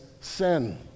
Sin